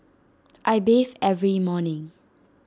I bathe every morning